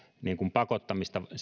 pakottamista